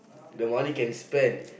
the money can spend